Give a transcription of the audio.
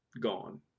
gone